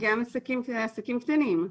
גם עסקים קטנים.